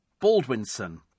Baldwinson